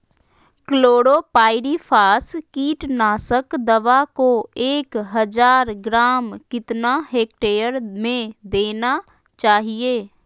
Chlorpyrifos कीटनाशक दवा को एक हज़ार ग्राम कितना हेक्टेयर में देना चाहिए?